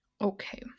Okay